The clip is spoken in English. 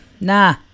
nah